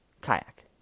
Kayak